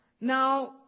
Now